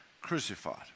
crucified